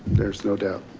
there is no doubt.